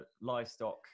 livestock